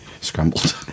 scrambled